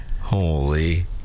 Holy